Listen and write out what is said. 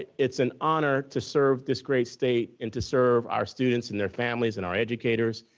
it's an honor to serve this great state and to serve our students and their families and our educators.